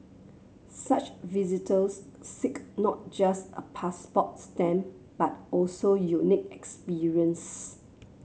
such visitors seek not just a passport stamp but also unique experiences